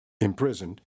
imprisoned